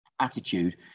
attitude